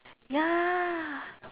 ya